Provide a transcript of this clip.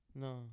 No